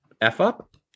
F-up